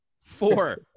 Four